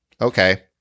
okay